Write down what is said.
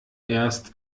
erst